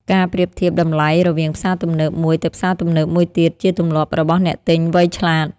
ការប្រៀបធៀបតម្លៃរវាងផ្សារទំនើបមួយទៅផ្សារទំនើបមួយទៀតជាទម្លាប់របស់អ្នកទិញ វៃឆ្លាត។